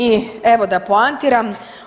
I evo da poantiram.